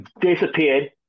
disappeared